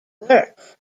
work